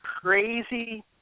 crazy